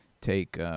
take